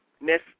Miss